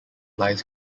lies